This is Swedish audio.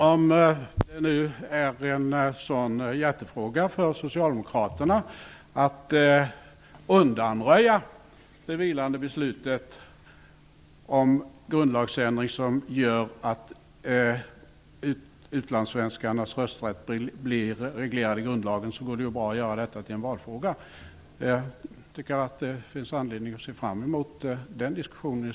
Fru talman! Om det är en så stor hjärtefråga för Socialdemokraterna att undanröja det vilande beslut om en grundlagsändring som gör att utlandssvenskarnas rösträtt blir reglerad i grundlagen, går det ju bra att göra detta till en valfråga. Det finns i så fall anledning att se fram emot en sådan diskussion.